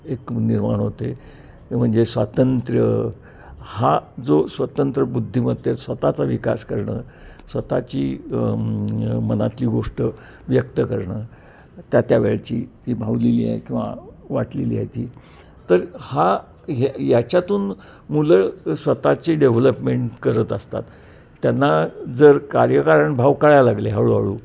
एक निर्माण होते ती म्हणजे स्वातंत्र्य हा जो स्वतंत्र बुद्धिमत्तेत स्वतःचा विकास करणं स्वतःची मनातली गोष्ट व्यक्त करणं त्या त्या वेळेची ती भावलेली आहे किंवा वाटलेली आहे ती तर हा हे याच्यातून मुलं स्वतःची डेव्हलपमेंट करत असतात त्यांना जर कार्यकारण भाव काळायला लागले हळूहळू